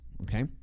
Okay